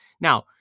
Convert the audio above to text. Now